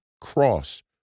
cross